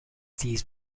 these